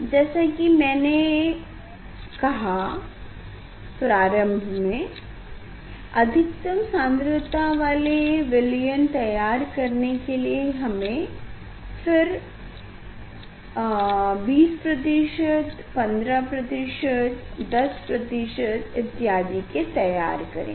जैसा की मैंने कहाप्रारंभ में अधिकतम सान्द्रता वाले विलयन तैयार करेंगे फिर हम 20 15 10 इत्यादि के तैयार करेंगे